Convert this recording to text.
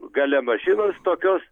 gale mašinos tokios